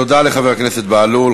תודה לחבר הכנסת בהלול.